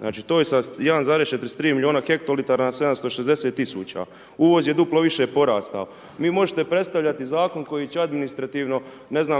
znači to je 1,43 milijuna hektolitara sa 760 000. Uvoz je duplo više porastao. Vi možete predstavljati zakon koji će administrativno